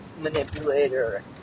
manipulator